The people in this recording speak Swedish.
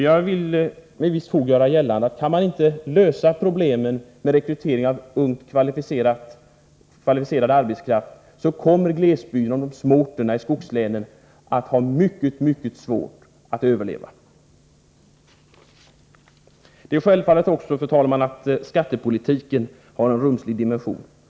Jag vill med visst fog göra gällande att om vi inte kan lösa de problem som är förknippade med rekryteringen av ung, kvalificerad arbetskraft, kommer glesbygden och de små orterna i skogslänen att ha mycket svårt att överleva. Det är självklart, fru talman, att också skattepolitiken har en rumslig dimension.